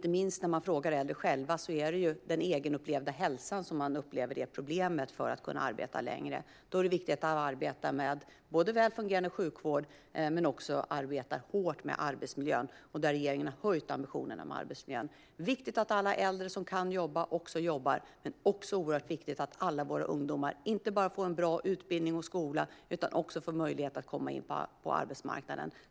När man frågar äldre själva hör man att det inte minst är den egenupplevda hälsan som är problemet när det gäller att kunna arbeta längre. Då är det viktigt att vi både arbetar med väl fungerande sjukvård och arbetar hårt med arbetsmiljön, och regeringen har höjt ambitionerna för arbetsmiljön. Det är viktigt att alla äldre som kan jobba också jobbar. Men det är också oerhört viktigt att alla våra ungdomar inte bara får en bra utbildning och skola utan också får möjlighet att komma in på arbetsmarknaden.